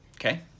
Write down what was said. okay